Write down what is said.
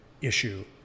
issue